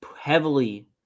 Heavily